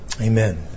Amen